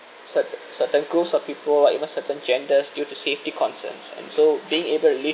certain certain groups of people like even certain genders due to safety concerns and so being able to live